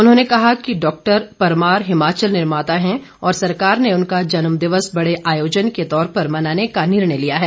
उन्होंने कहा कि डॉक्टर परमार हिमाचल निर्माता है और सरकार ने उनका जन्म दिवस बड़े आयोजन के तौर पर मनाने का निर्णय लिया है